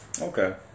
okay